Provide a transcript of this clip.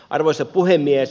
arvoisa puhemies